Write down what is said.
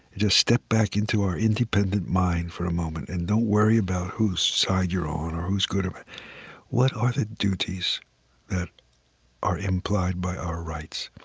just step back into our independent mind for a moment and don't worry about whose side you're on or who's good or what are the duties that are implied by our rights?